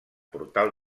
portal